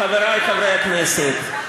חברי חברי הכנסת,